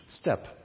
step